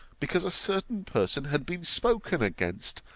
because a certain person had been spoken against,